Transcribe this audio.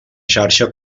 xarxa